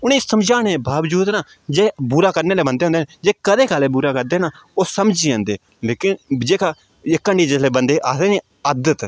उ'नें ई समझाने बावजूद ना जे बुरा करने आह्ले बन्दे होंदे ना जे कदें कताले बुरा करदे ना ओह् समझी जन्दे लेकिन जेह्का इक हांडियै जिसलै बन्दे आखदे नी आदत